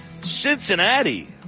Cincinnati